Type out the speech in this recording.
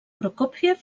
prokófiev